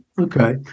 okay